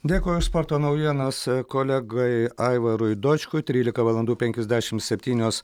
dėkui už sporto naujienas kolegai aivarui dočkui trylika valandų penkiasdešimt septynios